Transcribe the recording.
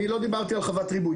אני לא דיברתי על חוות ריבוי,